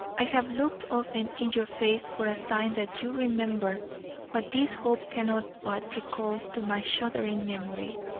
i have looked often in your face for a sign that you remembered what this hope cannot but recall to my shuddering memory.